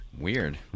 weird